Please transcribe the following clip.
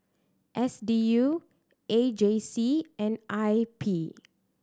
S D U A J C and I P